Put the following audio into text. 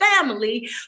family